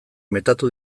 metatu